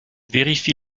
vérifie